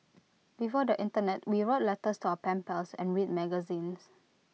before the Internet we wrote letters to our pen pals and read magazines